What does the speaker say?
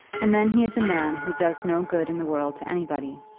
and then he is a man who does no good in the world to anybody.